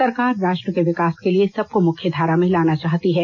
सरकार राष्ट्र के विकास के लिए सबको मुख्यधारा में लाना चाहती है